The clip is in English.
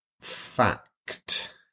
fact